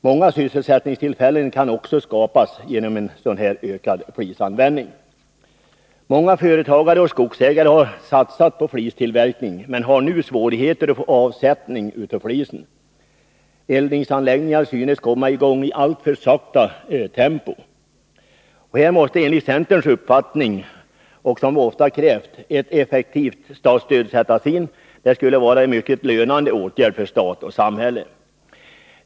Många sysselsättningstillfällen kan också skapas genom ökad flisanvändning. Många företagare och skogsägare har satsat på flistillverkning men har nu svårigheter att få avsättning för flisen. Eldningsanläggningar synes komma i gångi alltför sakta tempo. Här måste enligt centerns uppfattning, som vi ofta krävt, ett effektivt statsstöd sättas in. Det skulle vara en mycket lönande åtgärd för stat och samhälle.